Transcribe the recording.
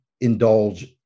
indulge